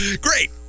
Great